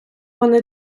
вони